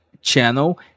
channel